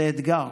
זה אתגר.